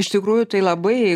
iš tikrųjų tai labai